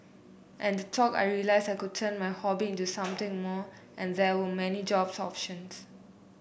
at the talk I realised I could turn my hobby into something more and there were many job options